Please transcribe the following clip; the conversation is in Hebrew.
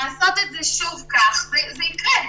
לעשות את זה שוב כך, זה יקרה.